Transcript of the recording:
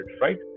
right